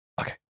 Okay